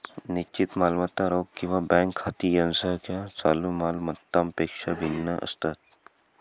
निश्चित मालमत्ता रोख किंवा बँक खाती यासारख्या चालू माल मत्तांपेक्षा भिन्न असतात